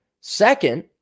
Second